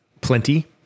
plenty